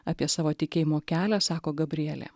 apie savo tikėjimo kelią sako gabrielė